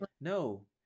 no